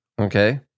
okay